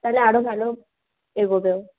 তাহলে আরও ভালো এগোবে ও